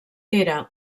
era